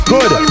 Good